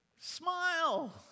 Smile